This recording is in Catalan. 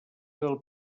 del